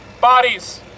bodies